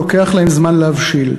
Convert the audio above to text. לוקח להם זמן להבשיל.